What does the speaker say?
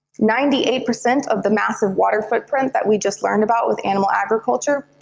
ninety eight percent of the massive water footprint that we just learned about with animal agriculture,